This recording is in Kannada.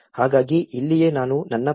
ಹಾಗಾಗಿ ಇಲ್ಲಿಯೇ ನಾನು ನನ್ನ Ph